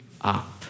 up